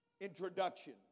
introduction